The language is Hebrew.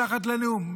מתחת לנאום?